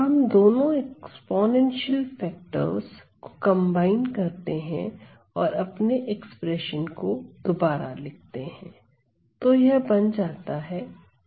अब हम दोनों एक्स्पोनेंशियल फैक्टर्स को कंबाइन करते हैं और अपने एक्सप्रेशन को दोबारा लिखते हैं